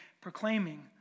proclaiming